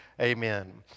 amen